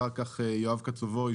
אחר כך יואב קצבוי,